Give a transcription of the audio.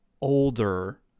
older